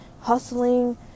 hustling